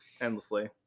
endlessly